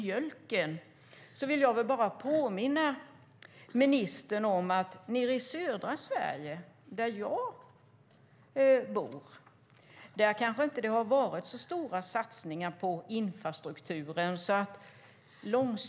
Jag vill bara påminna ministern om att nere i södra Sverige, där jag bor, har det kanske inte varit så stora satsningar på infrastrukturen.